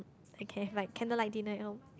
I can have like candlelight dinner at home